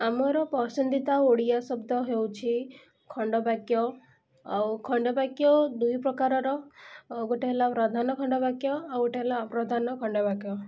ଆମର ପସନ୍ଦିତା ଓଡ଼ିଆ ଶବ୍ଦ ହେଉଛି ଖଣ୍ଡବାକ୍ୟ ଆଉ ଖଣ୍ଡବାକ୍ୟ ଦୁଇ ପ୍ରକାରର ଗୋଟେ ହେଲା ପ୍ରଧାନ ଖଣ୍ଡବାକ୍ୟ ଆଉ ଗୋଟେ ହେଲା ଅପ୍ରଧାନ ଖଣ୍ଡବାକ୍ୟ